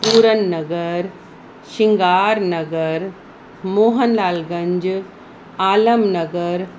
Puran Nagar Shringar Nagar Mohanlalganj Alam Nagar